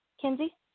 Kenzie